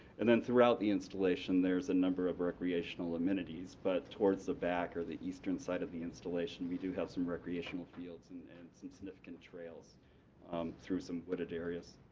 and then throughout the installation there's a number of recreational amenities, but towards the back or the eastern side of the installation we do have some recreational fields and and some significant trails through some wooded areas.